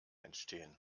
entstehen